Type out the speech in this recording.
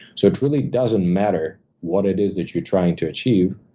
so it truly doesn't matter what it is that you're trying to achieve.